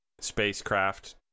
spacecraft